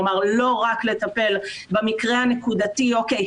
כלומר לא רק לטפל במקרה הנקודתי 'או.קיי,